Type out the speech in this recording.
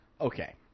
Okay